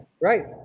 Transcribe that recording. right